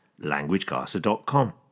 languagecaster.com